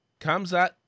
kamzat